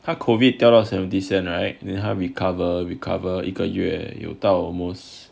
他 COVID 掉到 seventy cent right then 他 recover recover 一个月有 almost